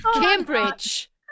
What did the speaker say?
Cambridge